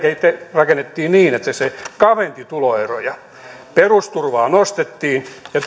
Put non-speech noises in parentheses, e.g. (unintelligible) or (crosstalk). rakennettiin niin että se se kavensi tuloeroja perusturvaa nostettiin ja (unintelligible)